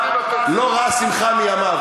לא ראה שמחה מימיו.